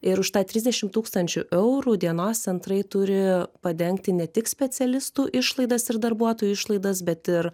ir už tą trisdešim tūkstančių eurų dienos centrai turi padengti ne tik specialistų išlaidas ir darbuotojų išlaidas bet ir